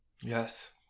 Yes